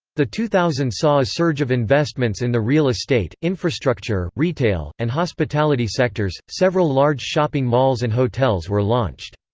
the two thousand s saw a surge of investments in the real estate, infrastructure, retail, and hospitality sectors several large shopping malls and hotels were launched.